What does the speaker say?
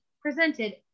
presented